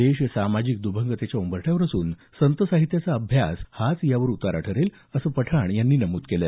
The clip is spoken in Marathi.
देश सामाजिक द्भंगतेच्या उंबरठ्यावर असून संत साहित्याचा अभ्यास हाच यावर उतारा ठरेल असं पठाण यांनी यावेळी नमूद केलं